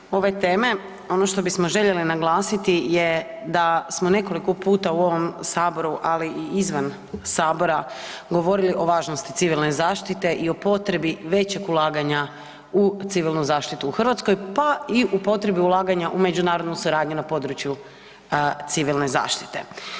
Dakle, u pogledu ove teme, ono što bismo željeli naglasiti je da smo nekoliko puta u ovom Saboru ali i izvan Sabora govorili o važnosti civilne zaštite i o potrebi većeg ulaganja u civilnu zaštitu u Hrvatskoj pa i u potrebi ulaganja u međunarodnu suradnju na području civilne zaštite.